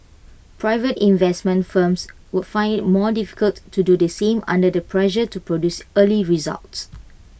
private investment firms would find IT more difficult to do the same under the pressure to produce early results